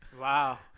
Wow